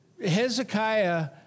Hezekiah